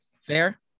Fair